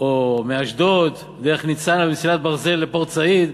או מאשדוד דרך ניצנה למסילת ברזל לפורט-סעיד.